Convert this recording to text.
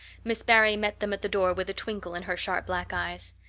miss barry met them at the door with a twinkle in her sharp black eyes.